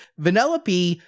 Vanellope